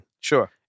Sure